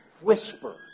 whisper